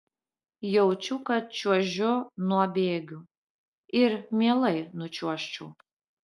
jaučiu kad čiuožiu nuo bėgių ir mielai nučiuožčiau